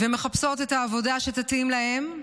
ומחפשות את העבודה שתתאים להן,